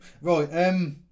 right